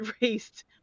erased